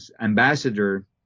ambassador